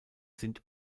sind